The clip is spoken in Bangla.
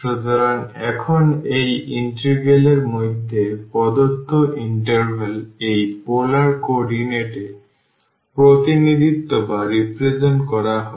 সুতরাং এখন এই ইন্টিগ্রাল এর মধ্যে প্রদত্ত ইন্টারভ্যাল এই পোলার কোঅর্ডিনেট এ প্রতিনিধিত্ব করা হবে